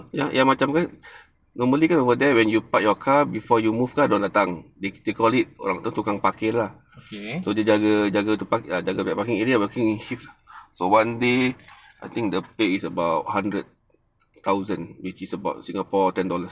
ya yang macam kan normally kan over there when you park your car before you move kan ada orang datang they they call it orang tukang parking lah so they jaga to park jaga that parking area parking shift so one day I think the pay is about hundred thousand which is about singapore ten dollars